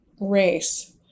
race